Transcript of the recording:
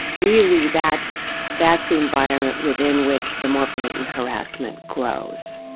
really that's that's the environment within which the more blatant harassment grows.